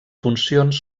funcions